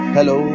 Hello